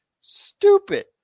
stupid